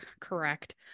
correct